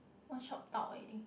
one shot dao already